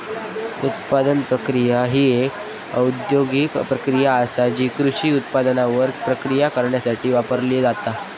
उत्पादन प्रक्रिया ही एक औद्योगिक प्रक्रिया आसा जी कृषी उत्पादनांवर प्रक्रिया करण्यासाठी वापरली जाता